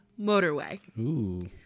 motorway